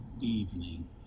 evening